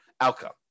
outcome